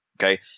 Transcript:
Okay